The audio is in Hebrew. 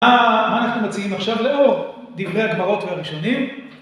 מה אנחנו מציעים עכשיו לאור דברי הגברות והראשונים?